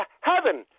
heaven